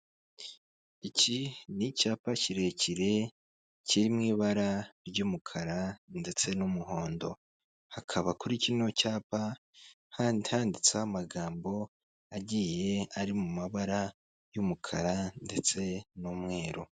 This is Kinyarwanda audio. Iki ni icyapa kirekire kiri mu ibara ry'umukara ndetse n'umuhondo, hakaba kuri kino cyapa handi handitseho amagambo agiye ari mu mabara y'umukara ndetse n'umweru.